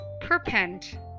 perpend